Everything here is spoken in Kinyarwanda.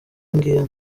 ngiyo